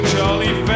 Charlie